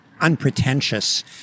unpretentious